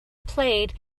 played